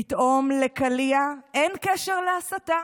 פתאום לקליע אין קשר להסתה,